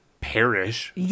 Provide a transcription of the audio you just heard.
perish